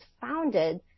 founded